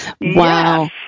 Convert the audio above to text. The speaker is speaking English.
Wow